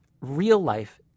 real-life